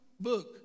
book